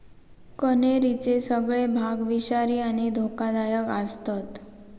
कण्हेरीचे सगळे भाग विषारी आणि धोकादायक आसतत